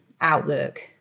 outlook